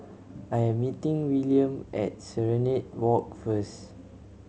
I am meeting Willaim at Serenade Walk first